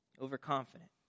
Overconfident